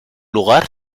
lugar